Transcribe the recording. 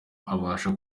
abasha